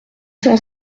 cent